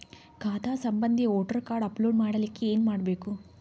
ಖಾತಾ ಸಂಬಂಧಿ voter card upload ಮಾಡಲಿಕ್ಕೆ ಏನ ಮಾಡಬೇಕು?